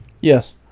yes